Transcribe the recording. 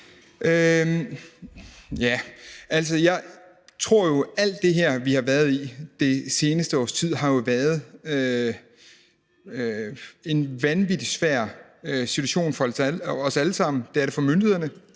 Jeg tror jo, at alt det her, vi har været igennem det seneste års tid, har været og stadig er en vanvittig svær situation for os alle sammen. Det er det for myndighederne,